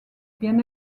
bien